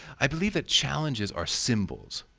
i believe that challenges are symbols.